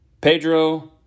Pedro